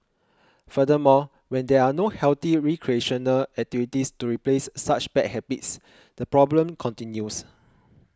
furthermore when there are no healthy recreational activities to replace such bad habits the problem continues